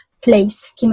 place